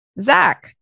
Zach